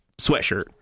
sweatshirt